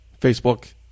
Facebook